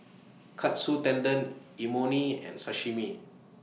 Katsu Tendon Imoni and Sashimi